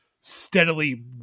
steadily